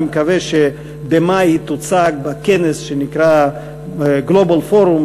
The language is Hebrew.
אני מקווה שבמאי היא תוצג בכנס שנקרא Global Forum,